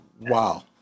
wow